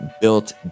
built